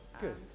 good